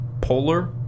polar